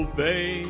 Obey